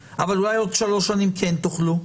נכון?